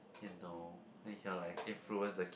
you know then you cannot like influence the ki~